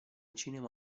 cinema